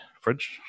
Fridge